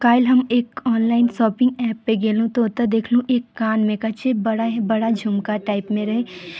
काल्हि हम एक ऑनलाइन शॉपिंग ऐपपर गेलहुँ तऽ ओतय देखलहुँ एक कानमे का छै बड़ा झुमका टाइपमे रहय